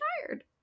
tired